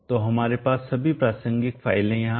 तो हमारे पास सभी प्रासंगिक फाइलें यहां हैं